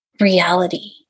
reality